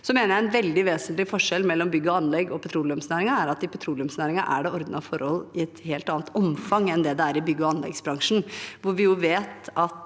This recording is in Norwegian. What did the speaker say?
en veldig vesentlig forskjell mellom bygg- og anleggsbransjen og petroleumsnæringen er at i petroleumsnæringen er det ordnede forhold i et helt annet omfang enn det det er i byggog anleggsbransjen, hvor vi vet at